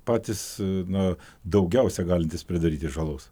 patys na daugiausia galintys pridaryti žalos